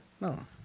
No